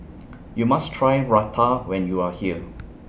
YOU must Try Raita when YOU Are here